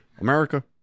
America